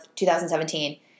2017